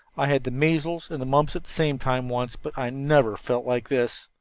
i had the measles and the mumps at the same time once, but i never felt like this.